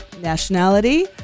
nationality